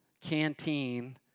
canteen